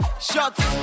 Shots